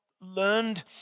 learned